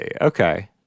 Okay